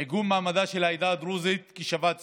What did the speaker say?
עיגון מעמדה של העדה הדרוזית כשוות זכויות.